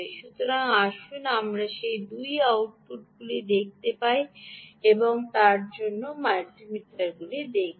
সুতরাং আসুন আমরা সেই 2 আউটপুটগুলি দেখতে পাই তার জন্য এই মাল্টিমিটারটি দেখি